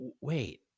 wait